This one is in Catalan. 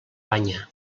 banya